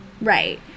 Right